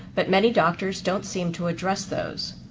but many doctors don't seem to address those.